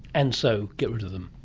and so get rid of them?